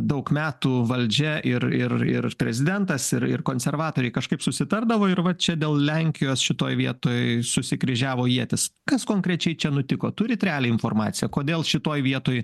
daug metų valdžia ir ir ir prezidentas ir ir konservatoriai kažkaip susitardavo ir va čia dėl lenkijos šitoj vietoj susikryžiavo ietys kas konkrečiai čia nutiko turit realią informaciją kodėl šitoj vietoj